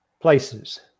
places